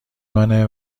منه